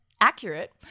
Accurate